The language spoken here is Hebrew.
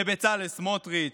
בצלאל סמוטריץ',